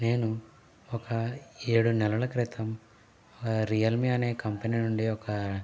నేను ఒక ఏడు నెలల క్రితం రియల్మీ అనే కంపెనీ నుండి ఒక